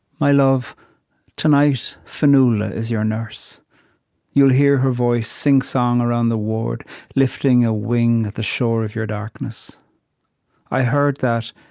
my love tonight fionnuala is your nurse you'll hear her voice sing-song around the ward lifting a wing at the shore of your darkness i heard that,